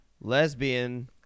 Lesbian